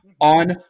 on